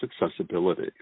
accessibility